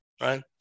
right